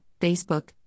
Facebook